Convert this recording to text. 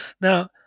Now